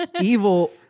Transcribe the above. Evil